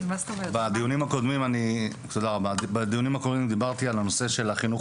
בדיונים הקודמים דיברתי על הנושא של החינוך